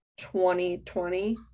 2020